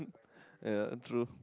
ya true